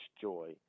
joy